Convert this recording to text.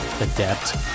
adept